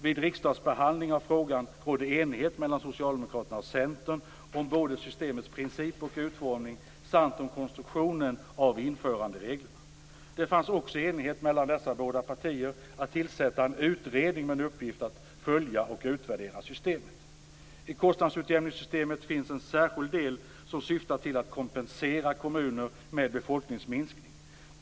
Vid riksdagsbehandlingen av frågan rådde det enighet mellan Socialdemokraterna och Centern både om systemets principer och utformning och om konstruktionen av införandereglerna. Det fanns också en enighet mellan dessa båda partier om att tillsätta en utredning med uppgift att följa och utvärdera systemet. I kostnadsutjämningssystemet finns en särskild del som syftar till att kompensera kommuner med befolkningsminskning.